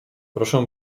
proszę